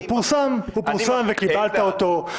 הוא פורסם וקיבלת אותו,